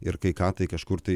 ir kai ką tai kažkur tai